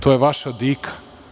To je vaša dika.